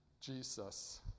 Jesus